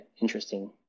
interesting